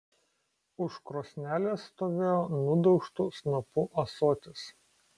už krosnelės stovėjo nudaužtu snapu ąsotis